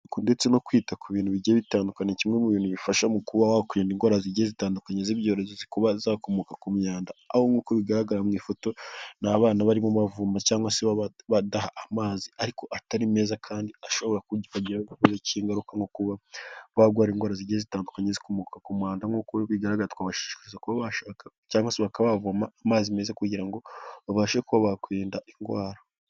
Uku ndetse no kwita ku bintu bigiye bitandukanye, kimwe mu bintu bifasha mu kuba wakwirinda indwara zigiye zitandukanye z'ibyorezo kuba zakomoka ku myanda, aho nk'uko bigaragara mu ifoto ni abana barimo bavoma cyangwa se badaha amazi, ariko atari meza kandi ashobora kuba yabagiraho ingaruka, mu kuba barwara indwara zigiye zitandukanye zikomoka ku mwanda, nk'uko bigaragara twabashishikariza kuba cyangwa se bakabavoma amazi meza kugira ngo babashe kuba bakwirinda indwara.